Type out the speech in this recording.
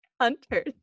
Hunters